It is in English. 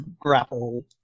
grapple